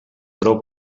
prou